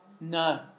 no